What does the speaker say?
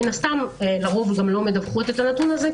מן הסתם לא מדווחות על הנתון הזה,